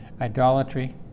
Idolatry